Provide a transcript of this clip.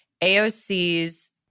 AOC's